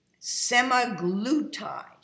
Semaglutide